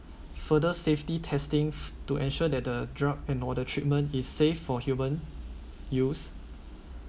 further safety testing to ensure that the drug and all the treatment is safe for human use